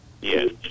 Yes